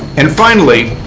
and finally,